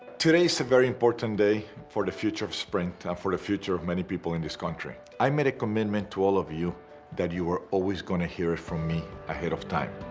today's a very important day for the future of sprint and for the future of many people in this country. i made a commitment to all of you that you were always going to hear it from me ahead of time.